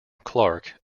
clark